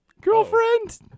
Girlfriend